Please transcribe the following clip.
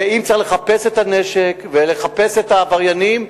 ואם צריך לחפש את הנשק ולחפש את העבריינים,